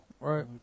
Right